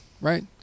right